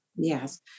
Yes